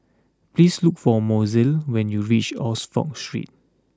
please look for Mozelle when you reach Oxford Street